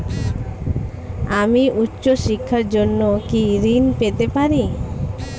আমি উচ্চশিক্ষার জন্য কি ঋণ পেতে পারি?